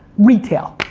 retail.